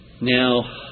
Now